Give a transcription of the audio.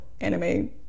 anime